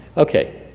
okay,